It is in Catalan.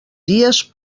dies